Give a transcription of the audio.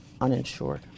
uninsured